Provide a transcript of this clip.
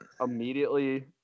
immediately